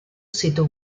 sito